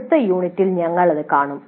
അടുത്ത യൂണിറ്റിൽ ഞങ്ങൾ ഇത് കാണും